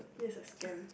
yes a scam